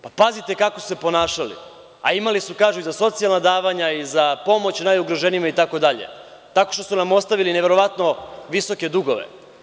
Pa, pazite kako su se ponašali, a imali su, kažu i za socijalna davanja i za pomoć najugroženijima i tako dalje, tako što su nam ostavili neverovatno visoke dugove.